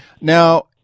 Now